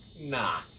nah